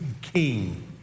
king